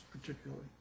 particularly